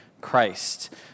Christ